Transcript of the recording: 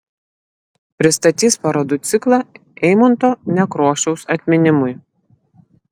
pristatys parodų ciklą eimunto nekrošiaus atminimui